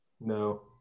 No